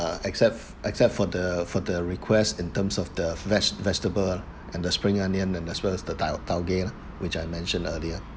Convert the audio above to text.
except except for the for the request in terms of the veg~ vegetable and the spring onion and as well as the tau~ taugeh lah which I mentioned earlier